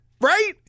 Right